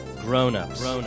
grown-ups